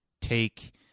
take